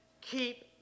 keep